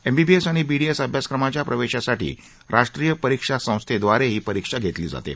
MBBS आणि BDS अभ्यासक्रमांच्या प्रवेशासाठी राष्ट्रीय परीक्षा संस्थेद्वारे ही परीक्षा घेतली जाते